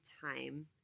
time